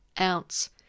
ounce